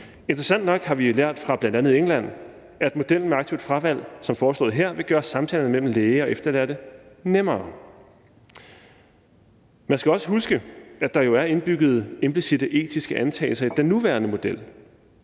Interessant nok har vi lært fra bl.a. England, at modellen med aktivt fravalg som foreslået her vil gøre samtalerne mellem læge og efterladte nemmere. Man skal også huske, at der jo er indbygget implicitte etiske antagelser i den nuværende model.